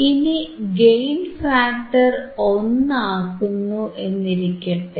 ഇനി gain factor 1 ആക്കുന്നു എന്നിരിക്കട്ടെ